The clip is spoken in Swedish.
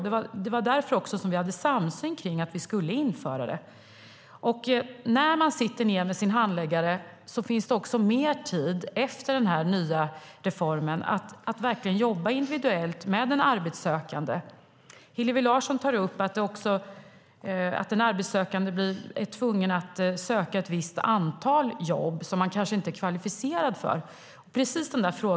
Det var också därför som vi hade en samsyn kring att vi skulle införa det. Efter denna nya reform finns det mer tid för handläggaren att verkligen jobba individuellt med den arbetssökande. Hillevi Larsson tar upp att den arbetssökande är tvungen att söka ett visst antal jobb som man kanske inte är kvalificerad för.